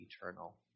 eternal